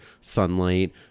sunlight